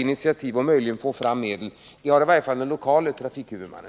initiativ för att få fram medel till sådant jag nu nämnt än för att återuppta persontrafiken Malmö-Sjöbo — det anser i varje fall den lokala trafikhuvudmannen.